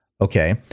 Okay